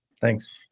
thanks